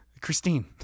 Christine